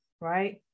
right